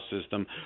system